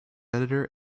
editor